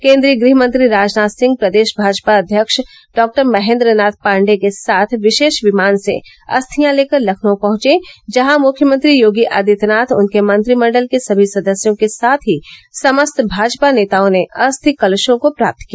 केन्द्रीय गृहमंत्री राजनाथ सिंह प्रदेश भाजपा अध्यक्ष डॉ महेन्द्र नाथ पांडे के साथ विशेष विमान से अस्थियां लेकर लखनऊ पहुंचे जहां मुख्यमंत्री योगी आदित्यनाथ उनके मंत्रिमंडल के सभी सदस्यों के साथ ही समस्त भाजपा नेताओं ने अस्थि कलशों को प्राप्त किया